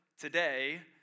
today